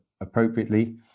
appropriately